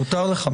מותר לך,